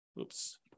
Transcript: oops